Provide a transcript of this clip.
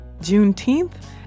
Juneteenth